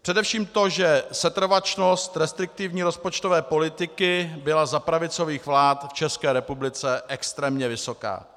Především to, že setrvačnost restriktivní rozpočtové politiky byla za pravicových vlád v České republice extrémně vysoká.